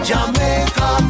Jamaica